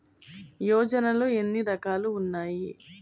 యోజనలో ఏన్ని రకాలు ఉన్నాయి?